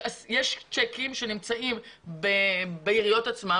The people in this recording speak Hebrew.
יש צ'קים שנמצאים בעיריות עצמן